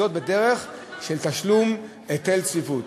וזאת בדרך של תשלום היטל צפיפות.